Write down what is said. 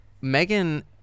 Megan